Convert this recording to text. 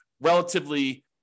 relatively